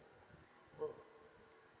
mm